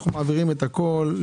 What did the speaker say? ושאתם מעבירים את הכול,